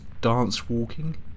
dance-walking